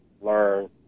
learn